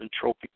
Trophy